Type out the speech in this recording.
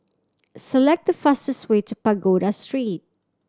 select the fastest way to Pagoda Street